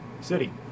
city